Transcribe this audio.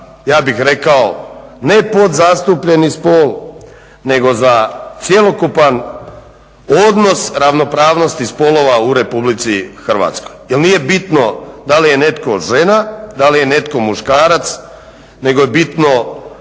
ja bih rekao ne podzastupljeni spol, nego za cjelokupan odnos ravnopravnosti spolova u Republici Hrvatskoj, jer nije bitno da li je netko žena, da li je netko muškarac nego je bitno